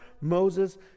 moses